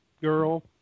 girl